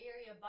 Area